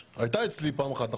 הייתה אצלי פעם אחת.